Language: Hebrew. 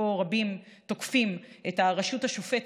פה רבים תוקפים את הרשות השופטת,